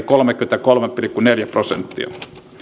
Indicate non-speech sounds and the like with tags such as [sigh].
[unintelligible] kolmekymmentäkolme pilkku neljä prosenttia